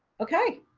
okay,